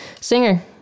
singer